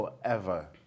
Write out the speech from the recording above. forever